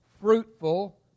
fruitful